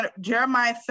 Jeremiah